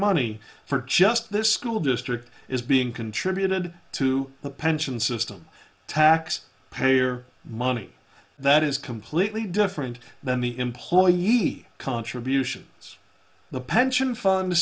money for just this school district is being contributed to the pension system tax payer her money that is completely different than the employee e contributions the pension fund